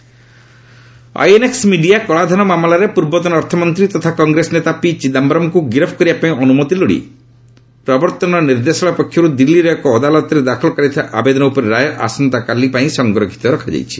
Chidambaram INX media କଳାଧନ ମାମଲାରେ ପୂର୍ବତନ ଅର୍ଥମନ୍ତ୍ରୀ ତଥା କଂଗ୍ରେସ ନେତା ପି ଚିଦାୟରମ୍ଙ୍କୁ ଗିରଫ୍ କରିବା ପାଇଁ ଅନୁମତି ଲୋଡ଼ି ପ୍ରବର୍ତ୍ତନ ନିର୍ଦ୍ଦେଶାଳୟ ପକ୍ଷରୁ ଦିଲ୍ଲୀର ଏକ ଅଦାଲତରେ ଦାଖଲ କରାଯାଇଥିବା ଆବେଦନ ଉପରେ ରାୟ ଆସନ୍ତାକାଲି ପାଇଁ ସଂରକ୍ଷିତ ରଖାଯାଇଛି